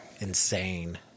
insane